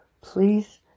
Please